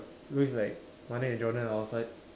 looks like Malek and Jonah are outside